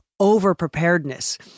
over-preparedness